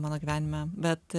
mano gyvenime bet